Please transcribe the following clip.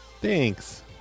Thanks